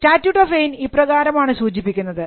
statute of Anne ഇപ്രകാരമാണ് സൂചിപ്പിക്കുന്നത്